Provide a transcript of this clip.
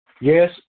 Yes